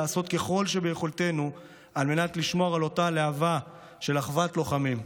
עלינו לעשות ככל שביכולתנו על מנת לשמור על אותה להבה של אחוות לוחמים.